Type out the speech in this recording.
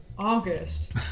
August